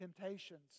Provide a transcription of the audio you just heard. temptations